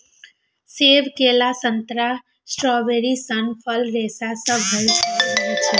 सेब, केला, संतरा, स्ट्रॉबेरी सन फल रेशा सं भरल रहै छै